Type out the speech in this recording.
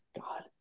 God